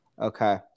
Okay